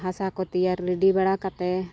ᱦᱟᱥᱟ ᱠᱚ ᱛᱮᱭᱟᱨ ᱨᱮᱰᱤ ᱵᱟᱲᱟ ᱠᱟᱛᱮᱫ